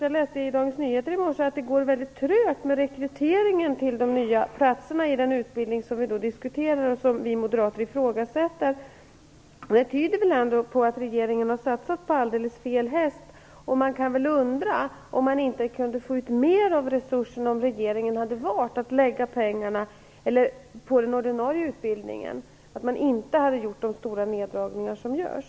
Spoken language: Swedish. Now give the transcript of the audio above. Jag läste i Dagens Nyheter i morse att det går mycket trögt med rekryteringen till de nya platserna i den utbildning som vi diskuterar och som vi moderater ifrågasätter. Det tyder ändå på att regeringen har satsat på alldeles fel häst. Man kan undra om det inte skulle gå att få ut mer av resurserna om regeringen hade valt att lägga pengarna på den ordinarie utbildningen och inte hade gjort de stora neddragningar som nu görs.